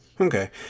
Okay